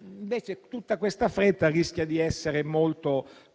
Invece, tutta questa fretta rischia di essere coperta